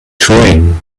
train